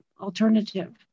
alternative